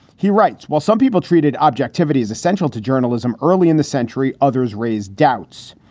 he writes. while some people treated objectivity as essential to journalism early in the century, others raised doubts.